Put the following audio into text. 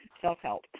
self-help